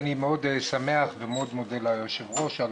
אני מאוד שמח ומאוד מודה ליושבת ראש על